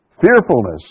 Fearfulness